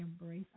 embrace